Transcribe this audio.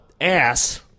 ass